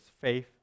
faith